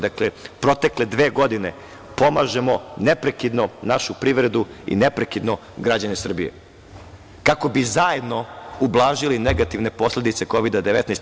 Dakle, protekle dve godine pomažemo neprekidno našu privredu i neprekidno građane Srbije kako bi zajedno ublažili negativne posledice Kovida-19.